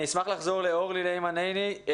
אשמח לחזור לאורלי ליימן עיני,